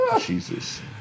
Jesus